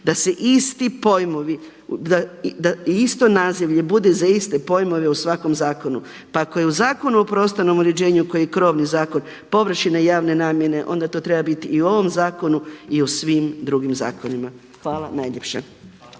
da isto nazivlje bude za iste pojmove u svakom zakonu. Pa ako je u Zakonu o prostornom uređenju koji je krovni zakon površine javne namjene, onda to treba biti i u ovom zakonu i u svim drugim zakonima. Hvala najljepša.